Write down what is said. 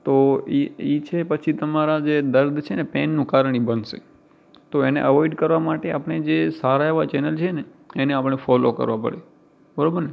તો એ એ છે પછી તમારા જે દર્દ છે પેઇનનું કારણ એ બનશે તો એને અવોઈડ કરવા માટે આપણે જે સારા એવા ચૅનલ છે ને એને આપણે ફૉલો કરવા પડે બરાબર ને